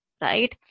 right